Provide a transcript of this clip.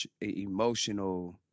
emotional